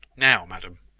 now, madam.